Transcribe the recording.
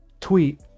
tweet